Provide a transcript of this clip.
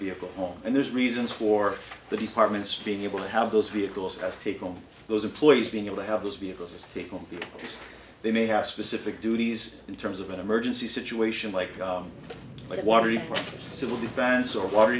vehicle home and there's reasons for the departments being able to have those vehicles has to take on those employees being able to have those vehicles mystical they may have specific duties in terms of an emergency situation like of like watery civil defense or